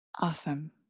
awesome